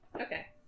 Okay